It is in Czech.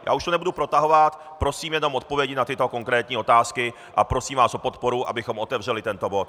Já už to nebudu protahovat, prosím jenom odpovědi na tyto konkrétní otázky a prosím vás o podporu, abychom otevřeli tento bod.